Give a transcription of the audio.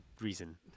reason